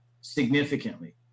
significantly